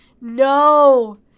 no